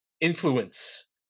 influence